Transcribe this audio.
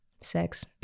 sex